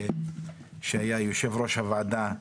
כשדודי אמסלם היה יושב-ראש הוועדה,